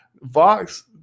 Vox